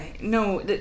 no